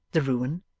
the ruin,